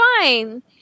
fine